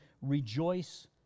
rejoice